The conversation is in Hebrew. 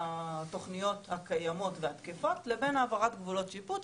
והתוכניות הקיימות והתקפות לבין העברת גבולות שיפוט.